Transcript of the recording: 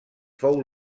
fou